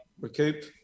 recoup